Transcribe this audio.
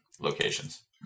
locations